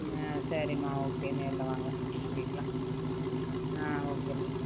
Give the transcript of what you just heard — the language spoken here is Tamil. ஆ சரிங்கமா ஓகே நேரில் வாங்க வாங்கிக்கலாம் ஆ ஓகேமா